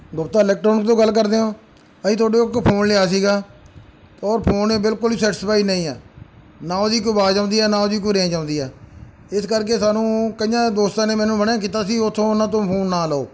Gupta electron ਤੋਂ ਗੱਲ ਕਰਦੇ ਹੋ ਅਸੀਂ ਤੁਹਾਡੇ ਉਹ ਕੋਲੋਂ ਫੋਨ ਲਿਆ ਸੀਗਾ ਔਰ ਫੋਨ ਇਹ ਬਿਲਕੁਲ ਹੀ ਸੈਟਿਸਫਾਈ ਨਹੀਂ ਆ ਨਾ ਉਹਦੀ ਕੋਈ ਆਵਾਜ਼ ਆਉਂਦੀ ਹੈ ਨਾ ਉਹਦੀ ਕੋਈ ਰੇਂਜ ਆਉਂਦੀ ਆ ਇਸ ਕਰਕੇ ਸਾਨੂੰ ਕਈ ਦੋਸਤਾਂ ਨੇ ਮੈਨੂੰ ਮਨ੍ਹਾ ਕੀਤਾ ਸੀ ਉੱਥੋਂ ਉਹਨਾਂ ਤੋਂ ਫੋਨ ਨਾ ਲਓ